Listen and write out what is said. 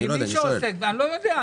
יכול להיות, אני לא יודע.